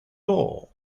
goal